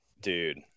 Dude